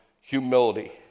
Humility